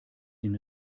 den